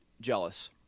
Jealous